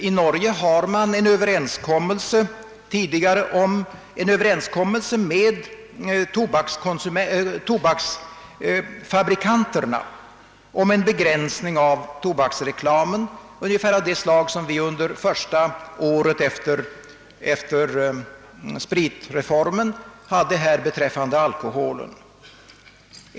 I Norge har man en överenskommelse med tobaksfabrikanterna om en begränsning av tobaksreklamen ungefär av det slag som vi under första året efter spritreformen hade beträffande alkoholen.